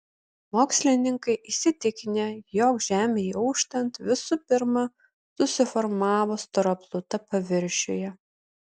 mokslininkai įsitikinę jog žemei auštant visų pirma susiformavo stora pluta paviršiuje